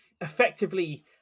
effectively